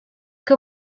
que